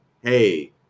hey